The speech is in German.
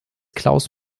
klaus